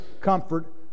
comfort